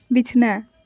ᱵᱤᱪᱷᱱᱟ